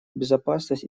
безопасность